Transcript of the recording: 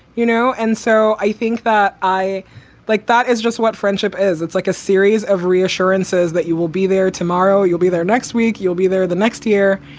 you know. and so i think that i like that is just what friendship is it's like a series of reassurances that you will be there tomorrow. you'll be there next week. you'll be there the next year.